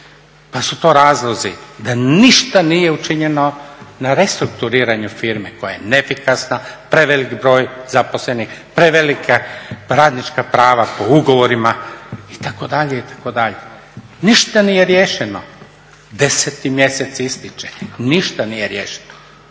pa su to razlozi da ništa nije učinjeno na restrukturiranju firme koja je neefikasna, prevelik broj zaposlenih, prevelika radnička prava po ugovorima itd., itd. Ništa nije riješeno, 10. mjesec ističe. Ništa nije riješeno.